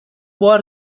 بار